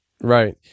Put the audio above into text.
right